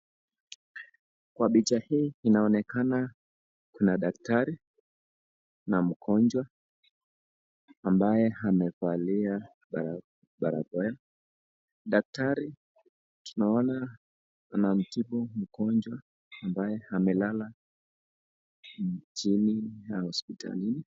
Kwa picha hii inonekana kuna daktari na mgonjwa ambaye amefalia barakoa. Daktari tunaona anamtibu mgonjwa ambaye amelala chini ya hospitalini.